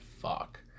fuck